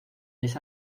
les